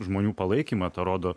žmonių palaikymą tą rodo